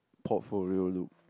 portfolio look